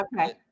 okay